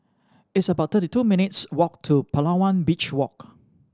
it's about thirty two minutes' walk to Palawan Beach Walk